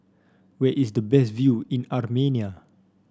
where is the best view in Armenia